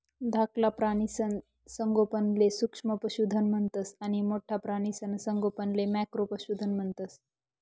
धाकला प्राणीसना संगोपनले सूक्ष्म पशुधन म्हणतंस आणि मोठ्ठा प्राणीसना संगोपनले मॅक्रो पशुधन म्हणतंस